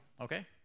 Okay